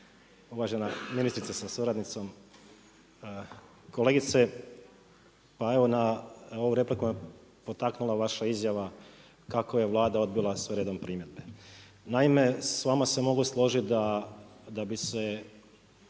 Uvažena ministrice sa suradnicom, kolegice, pa evo na ovu repliku me potaknula vaša izjava kako je Vlada odbila sve redom primjedbe. Naime s vama se mogu složiti da bi se